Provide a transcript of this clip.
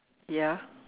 ya